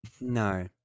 No